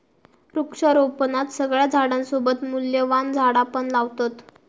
वृक्षारोपणात सगळ्या झाडांसोबत मूल्यवान झाडा पण लावतत